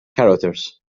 carothers